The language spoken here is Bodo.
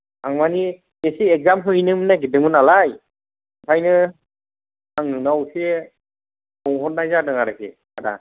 आं मानि एसे एक्जाम हैनो नागिरदोंमोन नालाय ओंखायनो आं नोंनाव एसे सोंहरनाय जादों आरोखि आदा